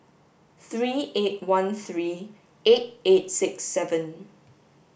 three eight one three eight eight six seven